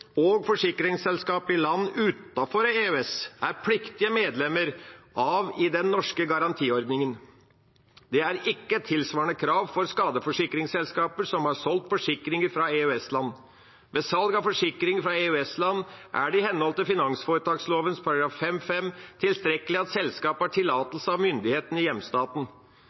og forsikringsselskaper i land utenfor EØS er pliktige medlemmer av den norske garantiordningen. Det er ikke tilsvarende krav for skadeforsikringsselskaper som har solgt forsikringer fra EØS-land. Ved salg av forsikringer fra EØS-land er det i henhold til finansforetaksloven § 5-5 tilstrekkelig at selskapet har tillatelse av myndighetene i hjemstaten.